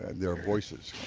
and there are voices.